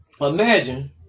imagine